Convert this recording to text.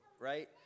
right